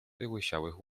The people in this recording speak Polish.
wyłysiałych